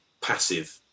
passive